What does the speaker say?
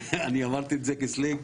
אני אמרתי את זה כסלנג.